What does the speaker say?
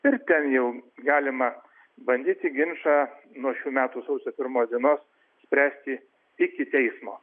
ir ten jau galima bandyti ginčą nuo šių metų sausio pirmos dienos spręsti iki teismo